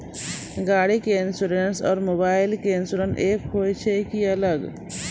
गाड़ी के इंश्योरेंस और मोबाइल के इंश्योरेंस एक होय छै कि अलग?